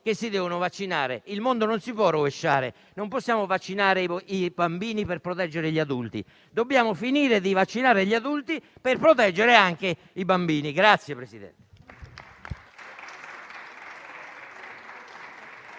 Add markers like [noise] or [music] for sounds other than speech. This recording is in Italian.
che si devono vaccinare. Il mondo non si può rovesciare: non possiamo vaccinare i bambini per proteggere gli adulti; dobbiamo finire di vaccinare gli adulti per proteggere anche i bambini. [applause]